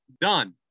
done